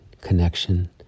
connection